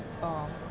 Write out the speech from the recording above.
oh